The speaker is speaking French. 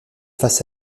face